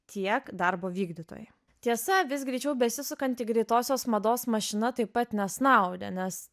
tiek darbo vykdytojai tiesa vis greičiau besisukanti greitosios mados mašina taip pat nesnaudė nes